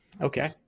Okay